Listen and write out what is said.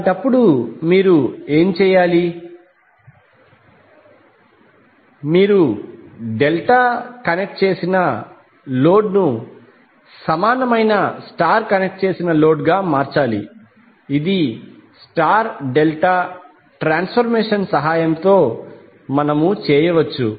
అలాంటప్పుడు మీరు ఏమి చేయాలి మీరు డెల్టా కనెక్ట్ చేసిన లోడ్ ను సమానమైన స్టార్ కనెక్ట్ చేసిన లోడ్ గా మార్చాలి ఇది స్టార్ డెల్టా ట్రాన్సఫర్మేషన్ సహాయంతో మనము చేయవచ్చు